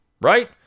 Right